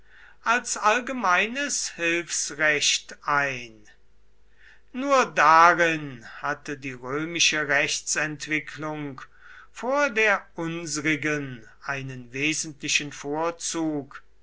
als allgemeines hilfsrecht ein nur darin hatte die römische rechtsentwicklung vor der unsrigen einen wesentlichen vorzug